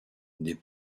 des